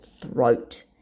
throat